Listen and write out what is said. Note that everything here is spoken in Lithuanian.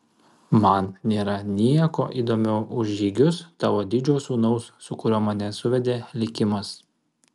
man nėra nieko įdomiau už žygius tavo didžio sūnaus su kuriuo mane suvedė likimas